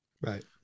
right